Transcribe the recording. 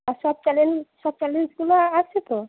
আর সব চ্যানেল সব চ্যানেলসগুলো আছে তো